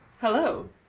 Hello